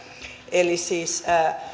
eli siis